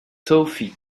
toffee